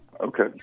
Okay